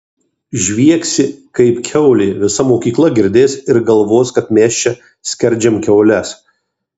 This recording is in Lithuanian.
žviegsi kaip kiaulė visa mokykla girdės ir galvos kad mes čia skerdžiam kiaules